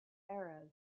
eras